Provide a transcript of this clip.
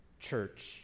Church